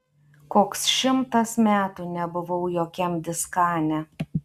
koks šimtas metų nebuvau jokiam diskane